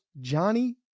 Johnny